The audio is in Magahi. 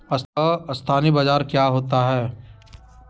अस्थानी बाजार क्या होता है?